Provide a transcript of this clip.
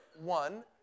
one